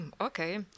Okay